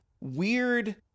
weird